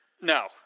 No